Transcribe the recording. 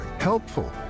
helpful